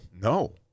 No